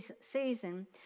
season